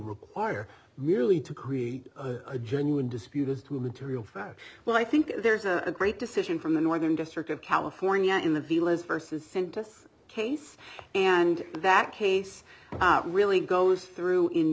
require merely to create a genuine dispute as to material facts well i think there's a great decision from the northern district of california in the villas versus centers case and that case really goes through in